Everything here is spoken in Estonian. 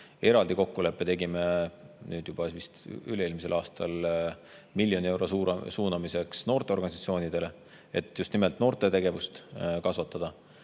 Eraldi kokkuleppe tegime nüüd juba vist üle-eelmisel aastal miljoni euro suunamiseks noorteorganisatsioonidele, et just nimelt noorte tegevust tõhustada.